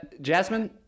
Jasmine